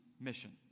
mission